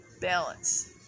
Balance